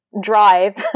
drive